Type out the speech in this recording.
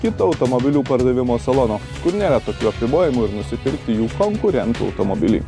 kito automobilių pardavimo salono kur nėra tokių apribojimų ir nusipirkti jų konkurentų automobilį